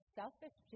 selfish